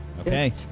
Okay